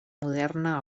moderna